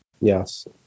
Yes